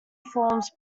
forms